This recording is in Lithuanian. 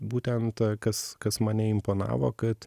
būtent kas kas mane imponavo kad